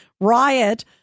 riot